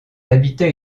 habitait